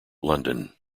london